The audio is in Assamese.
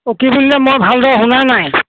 অ' কি বুলিলে মই ভালদৰে শুনা নাই